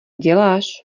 děláš